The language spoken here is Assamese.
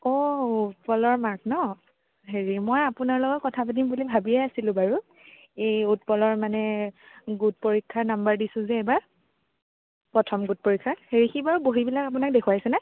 অঁ উৎপলৰ মাক ন হেৰি মই আপোনাৰ লগত কথা পাতিম বুলি ভাবিয়েই আছিলোঁ বাৰু এই উৎপলৰ মানে গোট পৰীক্ষাৰ নাম্বাৰ দিছোঁ যে এইবাৰ প্ৰথম গোট পৰীক্ষাৰ সেই সি বাৰু বহীবিলাক আপোনাক দেখুৱাইছেনে